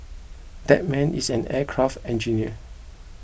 that man is an aircraft engineer